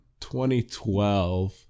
2012